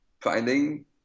finding